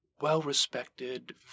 well-respected